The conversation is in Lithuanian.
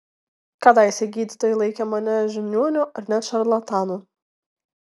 kadaise gydytojai laikė mane žiniuoniu ar net šarlatanu